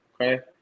okay